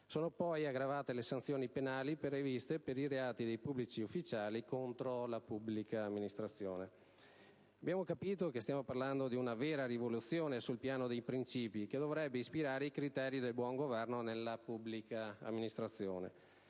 Sono poi aggravate le sanzioni penali previste per i reati dei pubblici ufficiali contro la pubblica amministrazione. Stiamo parlando di una vera rivoluzione sul piano dei principi che dovrebbero ispirare i criteri del buon governo della pubblica amministrazione,